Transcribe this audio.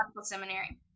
seminary